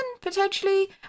potentially